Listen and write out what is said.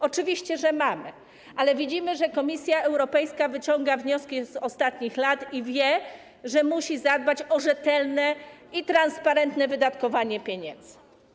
Oczywiście, że mamy, ale widzimy, że Komisja Europejska wyciąga wnioski z ostatnich lat i wie, że musi zadbać o rzetelne i transparentne wydatkowanie pieniędzy.